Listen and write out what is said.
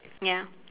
ya